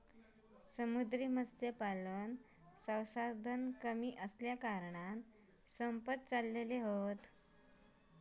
समुद्री मत्स्यपालन संसाधन कमी असल्याकारणान संपत चालले हत